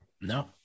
No